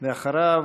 אחריו,